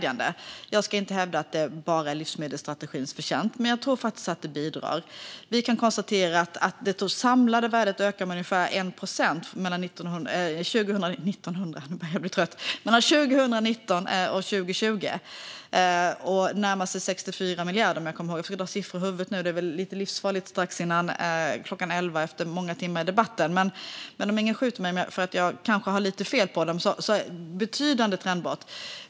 Jag ska inte hävda att det bara är livsmedelsstrategins förtjänst, men jag tror faktiskt att den bidrar. Det samlade värdet ökade med ungefär 1 procent mellan 2019 och 2020 och närmar sig 64 miljarder, om jag kommer ihåg rätt. Att dra siffror ur huvudet nu är väl lite livsfarligt strax före klockan 23 och efter många timmars debatt, men om ingen skjuter mig om jag kanske har lite fel är det ändå ett betydande trendbrott.